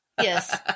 yes